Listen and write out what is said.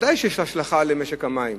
ודאי שיש השלכה על משק המים,